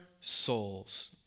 souls